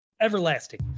everlasting